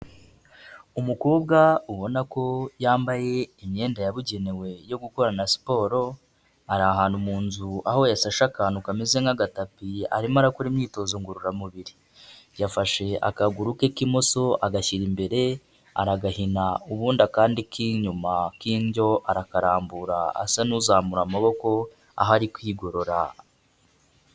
Umukobwa ubona ko yambaye imyenda yabugenewe yo gukorana siporo, ari ahantu mu nzu aho yasashe akantu kameze nk'agatapi, arimo arakora imyitozo ngororamubiri, yafashe akaguru ke k'imoso agashyira imbere aragahina, ubundi akandi k'inyuma k'indyo arakarambura, asa n'uzamura amaboko aho ari kwigorora.